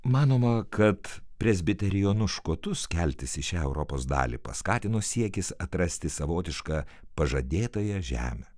manoma kad presbiterionus škotus keltis iš europos dalį paskatino siekis atrasti savotišką pažadėtąją žemę